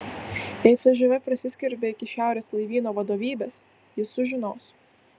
jei cžv prasiskverbė iki šiaurės laivyno vadovybės jis sužinos